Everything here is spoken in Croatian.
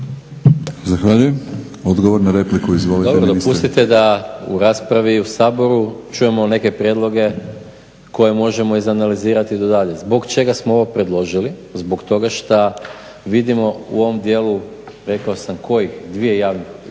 Zahvaljujem. Odgovor na repliku, izvolite ministre. **Maras, Gordan (SDP)** Dobro, dopustite da u raspravi u Saboru čujemo neke prijedloge koje možemo izanalizirati …. Zbog čega smo ovo predložili, zbog toga šta vidimo u ovom dijelu rekao sam kojih, dvije javne